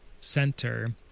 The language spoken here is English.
center